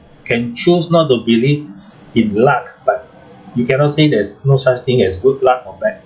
can choose not to believe in luck but you cannot say there's no such thing as good luck or bad